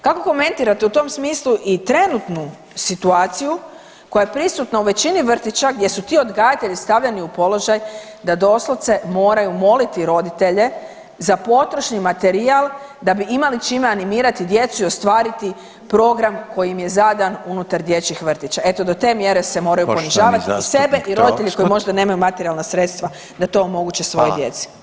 Kako komentirate u tom smislu i trenutnu situaciju koja je prisutna u većini vrtića gdje su ti odgajatelja stavljeni u položaj da doslovce moraju moliti roditelje za potrošni materijal da bi imali čime animirati djecu i ostvariti program koji im je zadan unutar dječjih vrtića, eto do te mjere se moraju ponižavat i sebe i roditelje koji možda nemaju materijalne sredstva da to omoguće svojoj djeci.